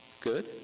good